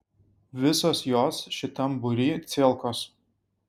visos jos šitam būry cielkos